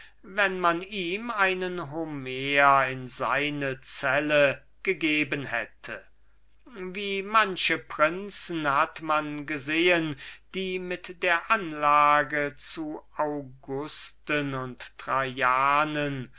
wenn man ihm einen homer in seine klause gegeben hätte wie manche prinzen hat man gesehen welche mit der anlage zu augusten und trajanen